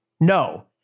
No